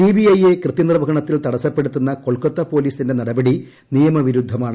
CBI യെ കൃതൃനിർവ്വഹണത്തിൽ തടസ്സപ്പെടുത്തുന്ന കൊൽക്കത്ത പൊലീസിന്റെ നടപടി നിയമവിരൂദ്യമാണ്